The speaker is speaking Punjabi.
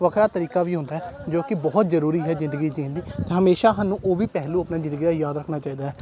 ਵੱਖਰਾ ਤਰੀਕਾ ਵੀ ਹੁੰਦਾ ਜੋ ਕਿ ਬਹੁਤ ਜ਼ਰੂਰੀ ਹੈ ਜ਼ਿੰਦਗੀ ਜਿਉਣ ਲਈ ਅਤੇ ਹਮੇਸ਼ਾਂ ਸਾਨੂੰ ਉਹ ਵੀ ਪਹਿਲੂ ਆਪਣੀ ਜ਼ਿੰਦਗੀ ਦਾ ਯਾਦ ਰੱਖਣਾ ਚਾਹੀਦਾ ਹੈ